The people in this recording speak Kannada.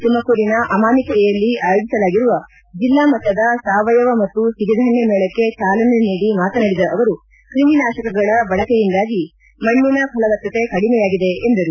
ತುಮಕೂರಿನ ಅಮಾನಿಕೆರೆಯಲ್ಲಿ ಆಯೋಜಿಸಲಾಗಿರುವ ಜಿಲ್ಲಾ ಮಟ್ಟದ ಸಾವಯವ ಮತ್ತು ಸಿರಿಧಾನ್ದ ಮೇಳಕ್ಕೆ ಚಾಲನೆ ನೀಡಿ ಮಾತನಾಡಿದ ಅವರು ಕ್ರಿಮಿನಾಶಕಗಳ ಬಳಕೆಯಿಂದಾಗಿ ಮಣ್ಣಿನ ಫಲವತ್ತತೆ ಕಡಿಮೆಯಾಗಿದೆ ಎಂದರು